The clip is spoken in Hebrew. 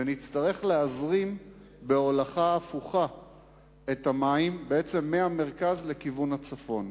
ונצטרך להזרים בהולכה הפוכה את המים בעצם מהמרכז לכיוון הצפון.